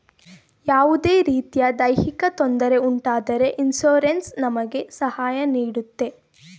ಯಾವುದೇ ರೀತಿಯ ದೈಹಿಕ ತೊಂದರೆ ಉಂಟಾದರೆ ಇನ್ಸೂರೆನ್ಸ್ ನಮಗೆ ಸಹಾಯ ನೀಡುತ್ತೆ